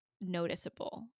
noticeable